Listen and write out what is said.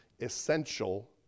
essential